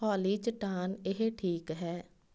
ਹੌਲੀ ਚੱਟਾਨ ਇਹ ਠੀਕ ਹੈ